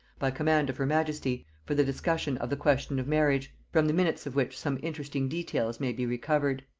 by command of her majesty, for the discussion of the question of marriage from the minutes of which some interesting details may be recovered.